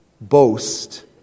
boast